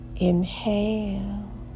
Inhale